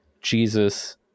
Jesus